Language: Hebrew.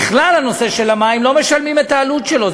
בכלל הנושא של המים, לא משלמים את העלות שלו.